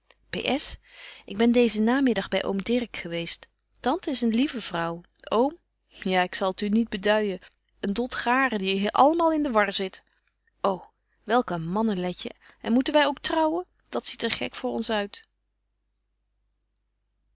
ik ben deezen namiddag by oom dirk geweest tante is eene lieve vrouw oom ja ik kan t u niet beduijen een dot garen die allemaal in de war zit o welke mannen letje en moeten wy ook trouwen dat ziet er gek voor ons uit